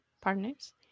partners